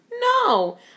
no